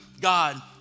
God